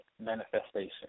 manifestation